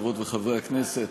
חברות וחברי הכנסת,